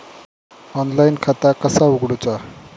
Online खाता कसा उगडूचा?